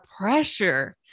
pressure